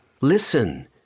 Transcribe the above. listen